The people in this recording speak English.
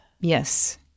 Yes